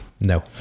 No